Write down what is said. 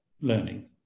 learning